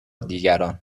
دیگران